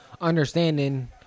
understanding